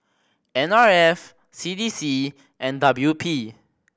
N R F C D C and W P